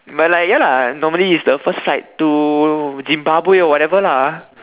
but like ya lah normally it's the first flight to Zimbabwe or whatever lah